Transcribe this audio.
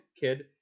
kid